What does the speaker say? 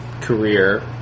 career